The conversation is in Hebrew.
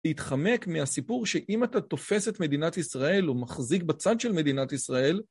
להתחמק מהסיפור שאם אתה תופס את מדינת ישראל ומחזיק בצד של מדינת ישראל...